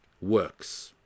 works